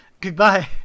Goodbye